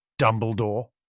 Dumbledore